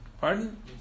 Pardon